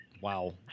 Wow